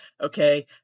okay